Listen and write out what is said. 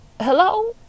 Hello